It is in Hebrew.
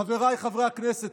חבריי חברי הכנסת,